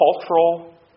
cultural